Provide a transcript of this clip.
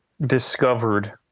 discovered